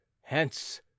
hence